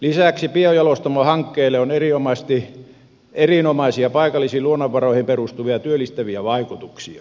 lisäksi biojalostamohankkeilla on erinomaisia paikallisiin luonnonvaroihin perustuvia työllistäviä vaikutuksia